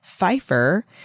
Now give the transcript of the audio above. Pfeiffer